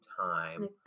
time